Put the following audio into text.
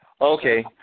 Okay